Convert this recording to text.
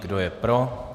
Kdo je pro?